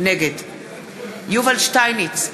נגד יובל שטייניץ,